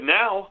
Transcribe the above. now